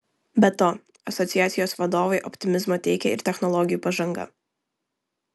be to asociacijos vadovui optimizmo teikia ir technologijų pažanga